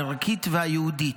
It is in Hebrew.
הערכית והיהודית,